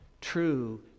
true